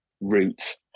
route